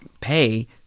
pay